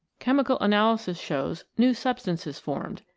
chemical analysis shows new substances formed,